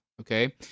okay